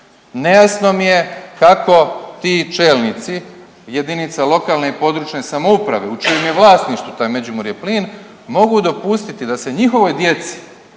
Nejasno mi je kako ti čelnici jedinica lokalne i područne samouprave u čijem je vlasništvu taj Međimurje plin mogu dopustiti da se njihovoj djeci